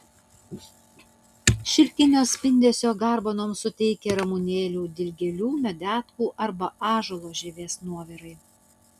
šilkinio spindesio garbanoms suteikia ramunėlių dilgėlių medetkų arba ąžuolo žievės nuovirai